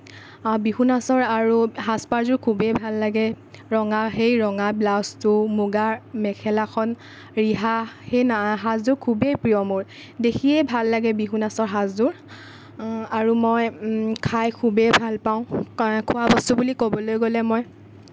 বিহু নাচৰ আৰু সাজ পাৰযোৰ খুবেই ভাল লাগে ৰঙা সেই ৰঙা ব্লাউজটো মুগাৰ মেখেলাখন ৰিহা সেই না সাজযোৰ খুবেই প্ৰিয় মোৰ দেখিয়েই ভাল লাগে বিহু নাচৰ সাজযোৰ আৰু মই খাই খুবেই ভাল পাওঁ খোৱা বস্তু বুলি ক'বলৈ গ'লে মই